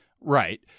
Right